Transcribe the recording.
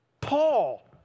Paul